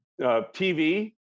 TV